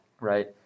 Right